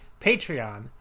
Patreon